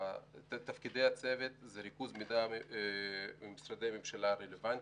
תפקידי הצוות הממשלתי יהיו: ריכוז מידע ממשרדי הממשלה הרלוונטיים,